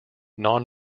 non